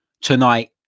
tonight